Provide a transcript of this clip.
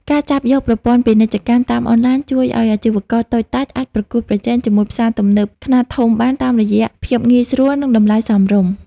ការចាប់យកប្រព័ន្ធពាណិជ្ជកម្មតាមអនឡាញ ជួយឱ្យអាជីវករតូចតាចអាចប្រកួតប្រជែងជាមួយផ្សារទំនើបខ្នាតធំបាន តាមរយៈភាពងាយស្រួល និងតម្លៃសមរម្យ។